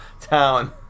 town